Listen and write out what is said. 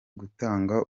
gutanga